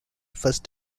first